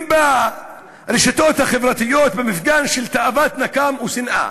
ברשתות החברתיות במפגן של תאוות נקם ושנאה